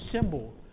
symbol